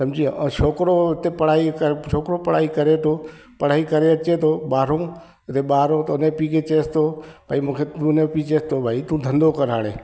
सम्झी विया ऐं छोकिरो हुते पढ़ाई कर छोकिरो पढ़ाई करे थो पढ़ाई करे अचे थो ॿारहों ऐं ॿारहों त उन पीउ चएस थो भई मूंखे उनजो पीउ चएस थो भई तू धंधो कर हाणे